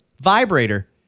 vibrator